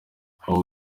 ako